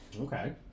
okay